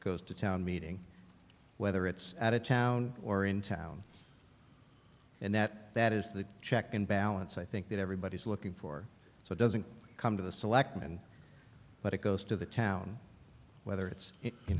goes to town meeting whether it's at a town or in town and that that is the check and balance i think that everybody is looking for so it doesn't come to the select and but it goes to the town whether it's you